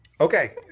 Okay